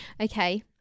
okay